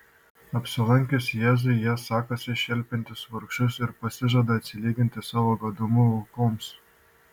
apsilankius jėzui jis sakosi šelpiantis vargšus ir pasižada atsilyginti savo godumo aukoms